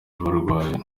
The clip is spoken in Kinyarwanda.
barwaye